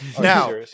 Now